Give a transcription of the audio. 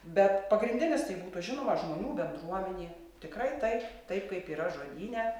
bet pagrindinis tai būtų žinoma žmonių bendruomenė tikrai taip taip kaip yra žodyne